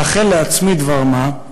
לאחל לעצמי דבר מה,